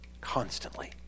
constantly